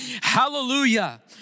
hallelujah